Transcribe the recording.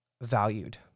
valued